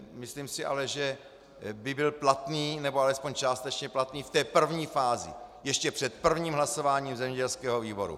Myslím si ale, že by byl platný, nebo alespoň částečně platný v té první fázi, ještě před prvním hlasováním v zemědělském výboru.